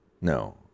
No